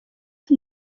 com